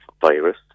virus